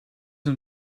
een